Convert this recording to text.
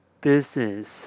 business